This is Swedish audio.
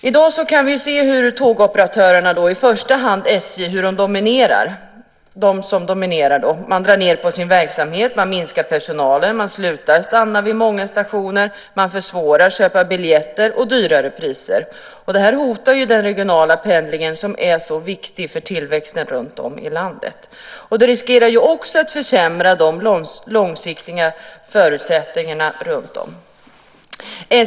I dag kan vi se hur tågoperatörerna, i första hand SJ, dominerar. De drar ned på sin verksamhet, minskar personalen, slutar att stanna vid många stationer, försvårar möjligheten att köpa biljetter och priserna stiger. Det här hotar den regionala pendlingen, som är så viktig för tillväxten runtom i landet. Det riskerar också att försämra de långsiktiga förutsättningarna.